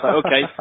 okay